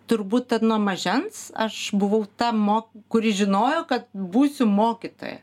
turbūt tat nuo mažens aš buvau ta mok kuri žinojo kad būsiu mokytoja